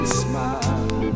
smile